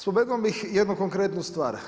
Spomenuo bih i jednu konkretnu stvar.